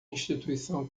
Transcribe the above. instituição